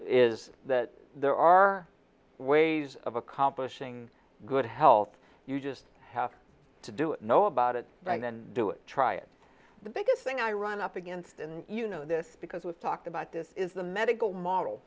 is that there are ways of accomplishing good health you just have to do it know about it right then do it try it the biggest thing i run up against and you know this because we've talked about this is the medical model